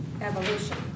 evolution